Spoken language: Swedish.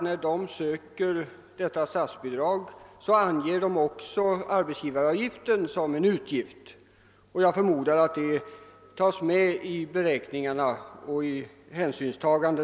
När de söker statsbidrag räknar de med arbetsgivaravgiften som en utgift, och jag förmodar att hänsyn tas till den när bidragen bestäms.